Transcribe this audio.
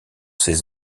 ses